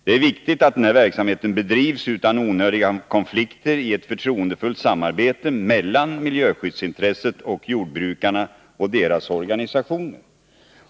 Det är viktigt att denna verksamhet bedrivs utan onödiga konflikter, i ett förtroendefullt samarbete mellan miljöskyddsintresset och jordbrukarna och deras organisationer.